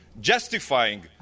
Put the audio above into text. justifying